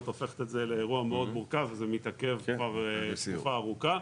הופכת את זה לאירוע מאוד מורכב וזה מתעכב כבר תקופה ארוכה.